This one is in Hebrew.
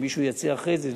אם מישהו יציע אחרי זה,